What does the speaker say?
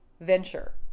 venture